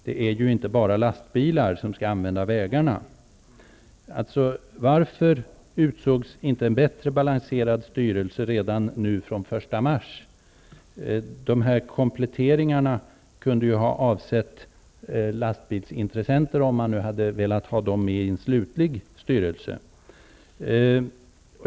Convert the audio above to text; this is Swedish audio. Det är ju inte bara lastbilar som skall använda vägarna. Varför utsågs inte en bättre balanserad styrelse att arbeta redan fr.o.m. den 1 mars? Kompletteringarna kunde ju ha avsett lastbilsintressenter, om man hade velat ha sådana med i en slutlig styrelse.